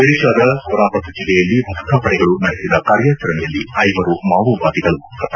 ಓಡಿಶಾದ ಕೊರಾಪತ್ ಜಿಲ್ಲೆಯಲ್ಲಿ ಭದ್ರತಾ ಪಡೆಗಳು ನಡೆಸಿದ ಕಾರ್ಯಾಚರಣೆಯಲ್ಲಿ ಐವರು ಮಾವೋವಾದಿಗಳು ಹತ